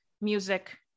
music